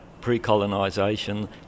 pre-colonisation